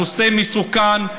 הנושא מסוכן,